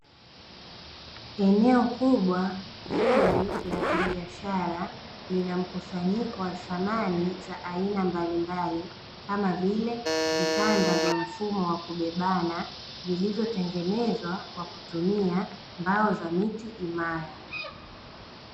Eneo kubwa zuri la kibiashara, lina mkusanyiko wa samani za aina mbalimbali kama vile vitanda vya mfumo wa kubebana vilivyotengenezwa kwa kutumia mbao za miti imara.